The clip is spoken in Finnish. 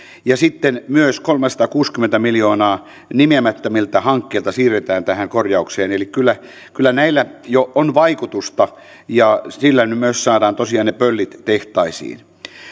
ja sitten myös kolmesataakuusikymmentä miljoonaa nimeämättömiltä hankkeilta siirretään tähän korjaukseen eli kyllä kyllä näillä jo on vaikutusta ja näillä myös saadaan tosiaan ne pöllit tehtaisiin